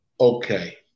Okay